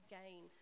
gain